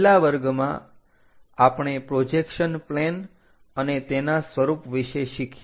છેલ્લા વર્ગમાં આપણે પ્રોજેક્શન પ્લેન અને તેના સ્વરૂપ વિશે શીખ્યા